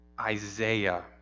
Isaiah